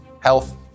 health